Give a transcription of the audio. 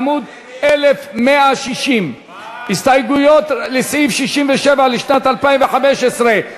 בעמוד 1160. הסתייגויות לסעיף 67 לשנת 2015,